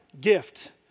gift